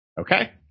Okay